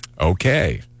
Okay